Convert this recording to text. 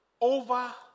over